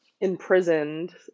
imprisoned